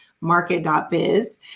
market.biz